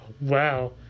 Wow